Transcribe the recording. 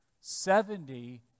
Seventy